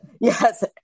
Yes